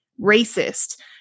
racist